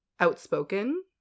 outspoken